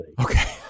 Okay